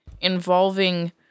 involving